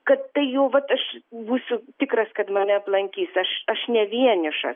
kad tai jau vat aš būsiu tikras kad mane aplankys aš aš ne vienišas